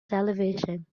television